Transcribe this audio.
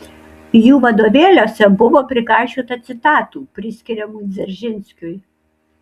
jų vadovėliuose buvo prikaišiota citatų priskiriamų dzeržinskiui